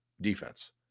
defense